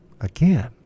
again